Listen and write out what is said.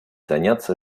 заняться